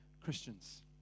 christians